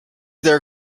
their